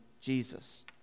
jesus